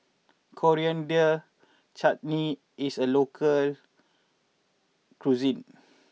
Coriander Chutney is a local cuisine